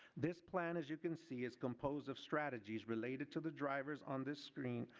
this plan, as you can see, is composed of strategies related to the drivers on this screen,